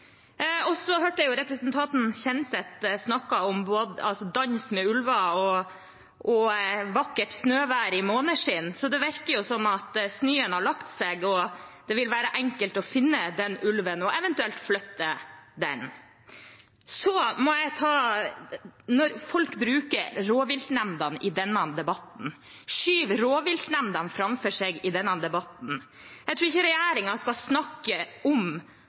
Jeg hørte representanten Kjenseth snakke om både dans med ulver og vakkert snøvær i måneskinn, så det virker jo som om snøen har lagt seg og at det vil være enkelt å finne den ulven og eventuelt flytte den. Så, når folk skyver rovviltnemndene framfor seg i denne debatten: Jeg tror ikke regjeringen skal snakke om at vi overkjører rovviltnemndene, for det har denne regjeringen gjort år etter år når det har vært snakk om